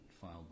filed